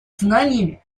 знаниями